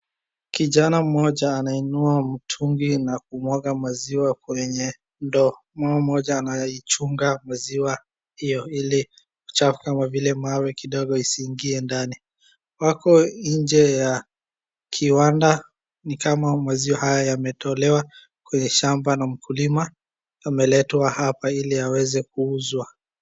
Kijana mmoja anainua mtungi na kumwaga maziwa kwenye ndoo. Mama mmoja anaichunga maziwa hiyo ili mchanga kama vile mawe kidogo isiingie ndani. Wako nje ya kiwanda, ni kama maziwa haya yametolewa kwenye shamba na mkulima, yameletwa hapa ili yaweze kuuzwa.